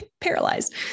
paralyzed